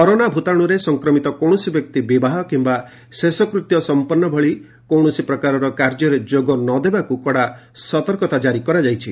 corona ଭୂତାଶୁରେ ସଂକ୍ରମିତ କୌଣସି ବ୍ୟକ୍ତି ବିବାହ କିମ୍ବା ଶେଷକୃତ୍ୟ ସମ୍ପନ୍ନ ଭଳି କୌଣସି ପ୍ରକାରର କାର୍ଯ୍ୟରେ ଯୋଗ ନ ଦେବାକୁ କଡ଼ା ସତର୍କତା କ୍ରାରି କରାଯାଇଛି